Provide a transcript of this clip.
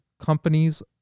companies